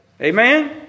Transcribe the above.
Amen